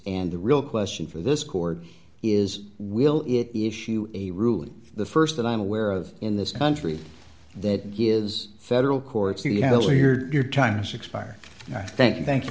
and the real question for this court is will it be issue a ruling the st that i'm aware of in this country that gives federal courts you know your time has expired i thank you thank